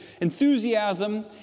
enthusiasm